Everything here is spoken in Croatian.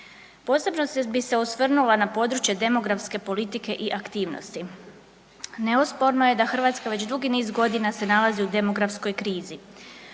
Posebno bi se osvrnula na područje demografske politike i aktivnosti. Neosporno je da Hrvatska već dugi niz godina se nalazi u demografskoj krizi.